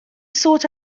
sought